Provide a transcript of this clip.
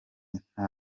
nta